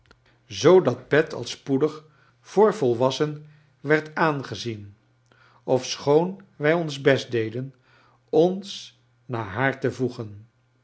t pet al spoedig voor volwassen werd aangezien ofschoon wij ons best deden ons naar haar te voegen